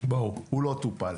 לא טופל,